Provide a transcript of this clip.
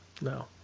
No